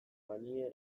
banie